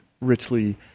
richly